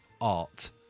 Art